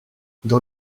dans